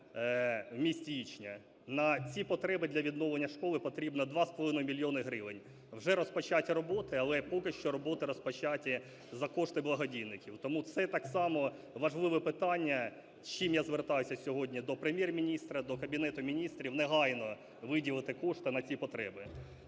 в місті Ічня. На ці потреби для відновлення школи потрібно 2,5 мільйони гривень. Вже розпочаті роботи, але поки що роботи розпочаті за кошти благодійників. Тому це так само важливе питання, з чим я звертаюся сьогодні до Прем'єр-міністра, до Кабінету Міністрів: негайно виділити кошти на ці потреби.